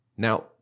Now